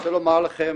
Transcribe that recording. רוצה לומר לכם,